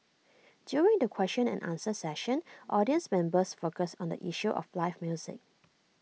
during the question and answer session audience members focused on the issue of live music